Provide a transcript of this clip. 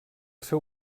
seu